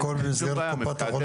זה במסגרת --- הכל במסגרת קופת החולים.